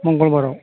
मंगलबाराव